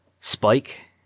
Spike